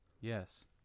Yes